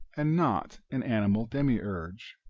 and not an animal demiurge,